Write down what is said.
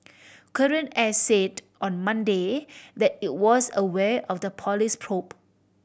Korean Air said on Monday that it was aware of the police probe